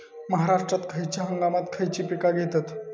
महाराष्ट्रात खयच्या हंगामांत खयची पीका घेतत?